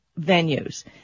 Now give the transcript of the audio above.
venues